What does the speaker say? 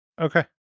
Okay